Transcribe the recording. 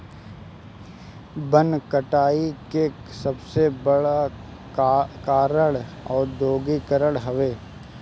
वन कटाई के सबसे बड़ कारण औद्योगीकरण हवे